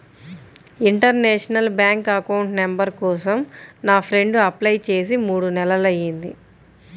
international bank account number కోసం నా friend apply చేసి మూడు నెలలయ్యింది